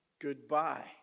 goodbye